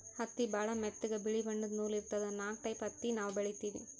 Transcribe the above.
ಹತ್ತಿ ಭಾಳ್ ಮೆತ್ತಗ ಬಿಳಿ ಬಣ್ಣದ್ ನೂಲ್ ಇರ್ತದ ನಾಕ್ ಟೈಪ್ ಹತ್ತಿ ನಾವ್ ಬೆಳಿತೀವಿ